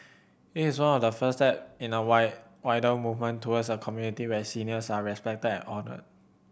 it is one of the first step in a why wider movement towards a community where seniors are respected and honoured